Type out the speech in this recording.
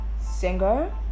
singer